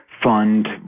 Fund